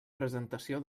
presentació